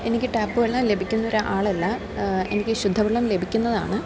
എനിക്ക് ടാപ്പ് വെള്ളം ലഭിക്കുന്ന ഒരു ആളല്ല എനിക്ക് ശുദ്ധവെള്ളം ലഭിക്കുന്നതാണ്